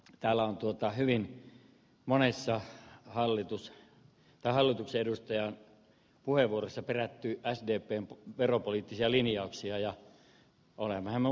tällä on tuottaa hyvin monissa hallitus ja hallitusedustoja puheenvuorossa perätty äskettäin veropoliittisia linjauksia ja olen vähemmän